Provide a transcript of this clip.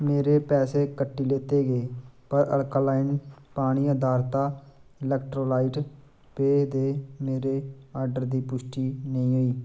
मेरे पैसे कट्टी लैते गे पर अल्कलाइन पानी अधारता इलेक्ट्रोलाइट पेय दे मेरे आर्डर दी पुश्टि नेईं होई